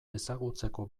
ezagutzeko